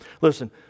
Listen